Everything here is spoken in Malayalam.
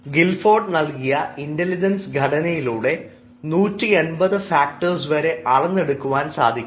ഗിൽഫോർഡ് നൽകിയ ഇന്റലിജൻസ് ഘടനയിലൂടെ 180 ഫാക്ടർസ് വരെ അളന്നെടുക്കാൻ സാധിക്കുന്നു